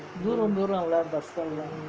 தூரம் தூரம்:thooram thooram lah but